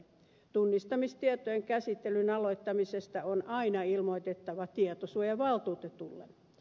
tunnistamistietojen käsittelyn aloittamisesta on aina ilmoitettava tietosuojavaltuutetulle